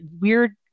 weird